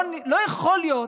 לא יכול להיות